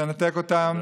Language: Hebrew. לנתק אותם,